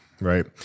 right